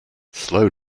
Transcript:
slow